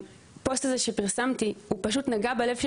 והפוסט הזה שפרסמתי פשוט נגע בלב של